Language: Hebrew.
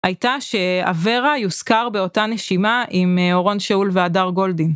הייתה שאברה יוזכר באותה נשימה עם אורון שאול והדר גולדין.